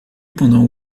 pendant